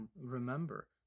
Remember